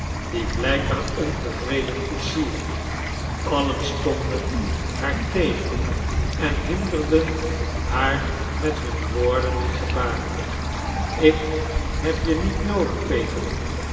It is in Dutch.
de blijkbaar ontevreden koetsier allen stonden haar tegen en hinderden haar met hun woorden en gebaren ik heb je niet noodig peter